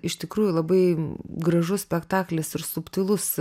iš tikrųjų labai gražus spektaklis ir subtilus